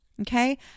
Okay